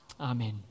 Amen